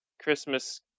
Christmas